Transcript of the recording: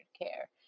care